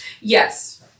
yes